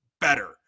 better